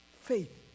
Faith